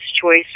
choice